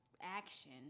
action